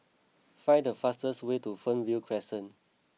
find the fastest way to Fernvale Crescent